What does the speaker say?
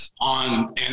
on